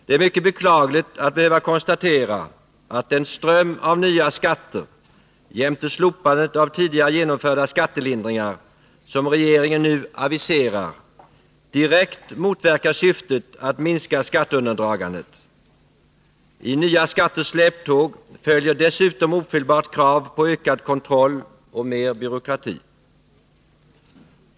Det är mycket beklagligt att behöva konstatera att den ström av nya skatter jämte slopandet av tidigare genomförda skattelindringar som regeringen nu aviserar direkt motverkar syftet att minska skatteundandragandet. I nya skatters släptåg följer dessutom ofelbart krav på ökad kontroll och mer byråkrati.